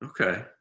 Okay